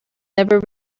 never